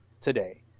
today